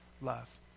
love